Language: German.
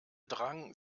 drang